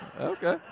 okay